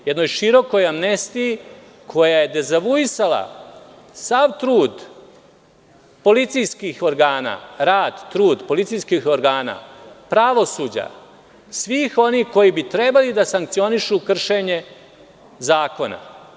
Jednoj širokoj amnestiji, koja je dezavuisala sav trud policijskih organa, pravosuđa, svih onih koji bi trebali da sankcionišu kršenje zakona.